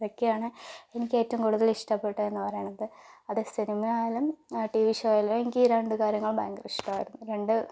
ഇതൊക്കെയാണ് എനിക്ക് ഏറ്റവും കൂടുതൽ ഇഷ്ടപ്പെട്ടത് എന്ന് പറയണത് അത് സിനിമ ആയാലും ടി വി ഷോ ആയാലും എനിക്ക് ഈ രണ്ടു കാര്യങ്ങളും ഭയങ്കര ഇഷ്ടമായിരുന്നു രണ്ട്